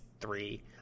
three